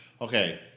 Okay